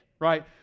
right